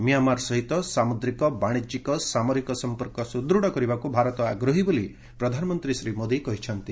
Myanmar ସହିତ ସାମୁଦ୍ରିକ ବାଣିଜ୍ୟିକ ସାମରିକ ସଂପର୍କ ସୁଦୂଢ଼ କରିବାକୁ ଭାରତ ଆଗ୍ରହୀ ବୋଲି ପ୍ରଧାନମନ୍ତ୍ରୀ ଶ୍ରୀ ମୋଦି କହିଛନ୍ତି